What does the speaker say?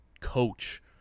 coach